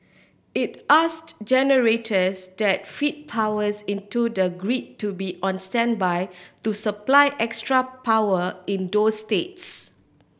it asked generators that feed powers into the grid to be on standby to supply extra power in those states